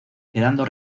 quedando